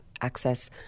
access